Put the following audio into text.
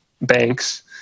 banks